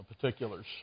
particulars